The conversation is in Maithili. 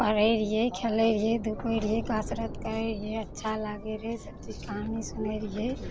पढ़ै रहियै खेलै रहियै धूपै रहियै कसरत करै रहियै अच्छा लागै रहै सब चीज कहानी सुनै रहियै